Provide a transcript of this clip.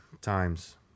times